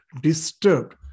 disturbed